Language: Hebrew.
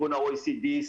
ארגון ה-OECD,